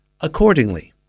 accordingly